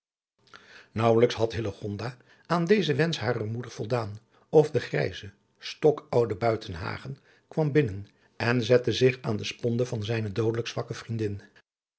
naauwelijks had hillegonda aan dezen wensch harer moeder voldaan of de grijze stokoude buitenhagen kwam binnen en zette zich aan de sponde van zijne doodelijk zwakke vriendin